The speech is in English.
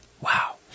Wow